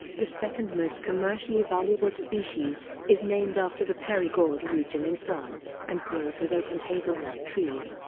the second-most commercially valuable species, is named after the perigord region in france and grows with oak and hazelnut trees.